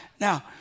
Now